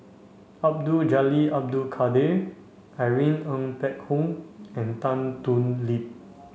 Abdul Jalil Abdul Kadir Irene Ng Phek Hoong and Tan Thoon Lip